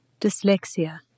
Dyslexia